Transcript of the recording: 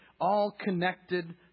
all-connected